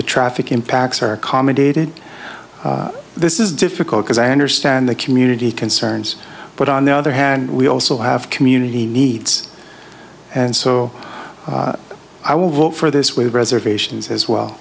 the traffic impacts are accommodated this is difficult because i understand the community concerns but on the other hand we also have community needs and so i will vote for this with reservations as well